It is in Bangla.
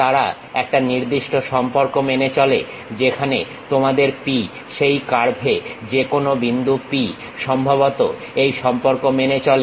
তারা একটা নির্দিষ্ট সম্পর্ক মেনে চলে যেখানে তোমাদের P সেই কার্ভে যেকোনো বিন্দু p সম্ভবত এই সম্পর্ক মেনে চলে